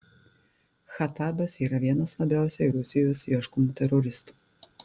khatabas yra vienas labiausiai rusijos ieškomų teroristų